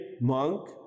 monk